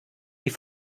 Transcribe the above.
die